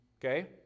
Okay